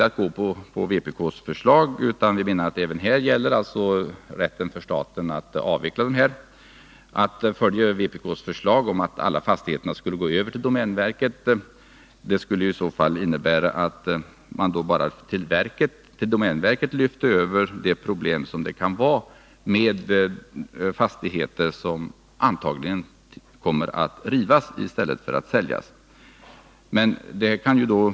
Att följa vpk:s förslag om att föra över alla fastigheterna till domänverket skulle ju innebära att man till domänverket lyfte över de problem som det kan vara med fastigheter som antagligen kommer att rivas i stället för att säljas.